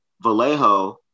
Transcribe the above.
Vallejo